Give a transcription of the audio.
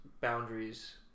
boundaries